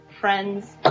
friends